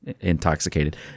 intoxicated